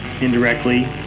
indirectly